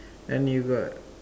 then you got